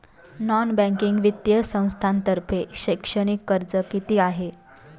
Non banking वित्तीय संस्थांतर्फे शैक्षणिक कर्ज किती आहे?